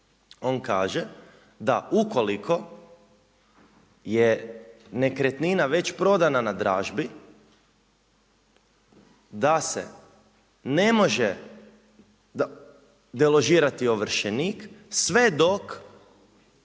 on kaže da ukoliko je nekretnina već prodana na dražbi da se ne može deložirati ovršenik sve dok,